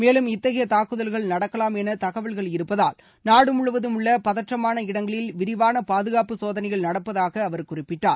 மேலும் இத்தகைய தாக்குதல்கள் நடக்கலாம் என தகவல்கள் இருப்பதால் நாடு முழுவதம் உள்ள பதற்றமான இடங்களில் விரிவாள பாதுகாப்பு சோதனைகள் நடப்பதாக அவர் குறிப்பிட்டார்